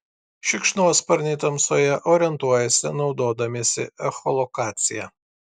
šikšnosparniai tamsoje orientuojasi naudodamiesi echolokacija